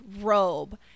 robe